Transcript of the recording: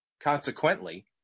Consequently